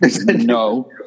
No